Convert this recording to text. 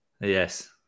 Yes